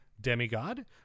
Demigod